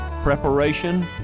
Preparation